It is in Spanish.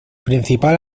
principal